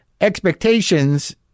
expectations